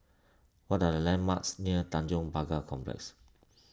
what are the landmarks near Tanjong Pagar Complex